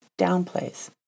downplays